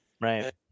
right